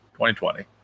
2020